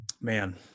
Man